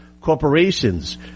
Corporations